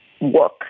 work